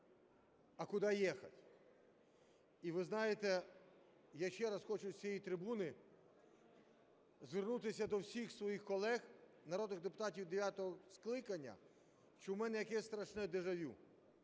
а куда ехать? І ви знаєте, я хочу ще раз з цієї трибуни звернутися до всіх своїх колег народних депутатів дев'ятого скликання, що у мене якесь страшне дежавю.